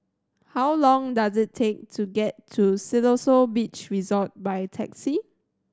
how long does it take to get to Siloso Beach Resort by taxi